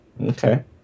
Okay